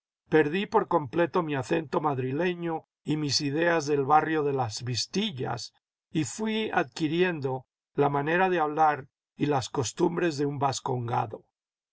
perdí por completo mi acento madrileño y mis ideas del barrio de las vistillas y fui adquiriendo la manera de hablar y las costumbres de un vascongado